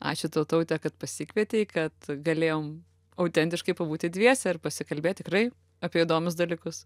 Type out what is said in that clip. ačiū tau taute kad pasikvietei kad galėjom autentiškai pabūti dviese ir pasikalbėt tikrai apie įdomius dalykus